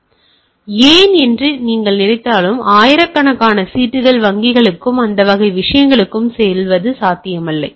ஆகவே அவை ஏன் என்று நீங்கள் நினைத்தாலும் ஆயிரக்கணக்கான சீட்டுகள் வங்கிகளுக்கும் அந்த வகை விஷயங்களுக்கும் செல்வது சாத்தியமில்லை